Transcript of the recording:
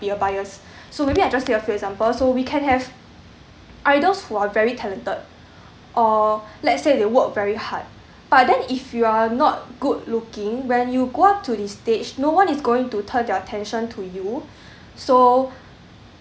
be a bias so maybe I just say a few example so we can have idols who are very talented or let's say they work very hard but then if you are not good looking when you go up to the stage no one is going to turn their attention to you so